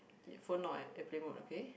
your phone not on airplane mode okay